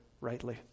rightly